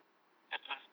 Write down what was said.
a'ah